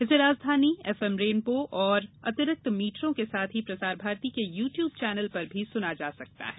इसे राजधानी FM rainbow और अतिरिक्त मीटरों के साथ ही प्रसार भारती के यू ट्यूब चौनल पर सुना जा सकता है